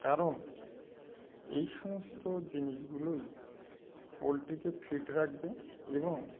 কারণ এই সমস্ত জিনিসগুলোই পোলট্রিকে ফিট রাখবে এবং